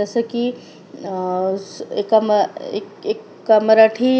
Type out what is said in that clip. जसं की एका म एक एका मराठी